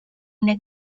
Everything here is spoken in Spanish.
una